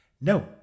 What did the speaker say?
no